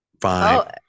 fine